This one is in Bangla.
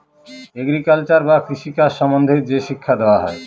এগ্রিকালচার বা কৃষি কাজ সম্বন্ধে যে শিক্ষা দেওয়া হয়